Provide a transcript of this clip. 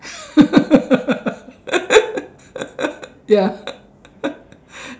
ya